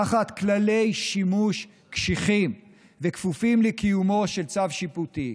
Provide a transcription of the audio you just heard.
תחת כללי שימוש קשיחים וכפופים לקיומו של צו שיפוטי.